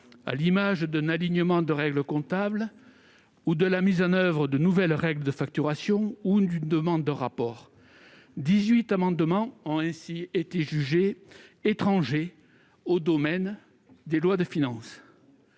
dispositif d'alignement de règles comptables, de la mise en oeuvre de nouvelles règles de facturation ou d'une demande de rapport ; 18 amendements ont ainsi été jugés étrangers au domaine des lois de finances.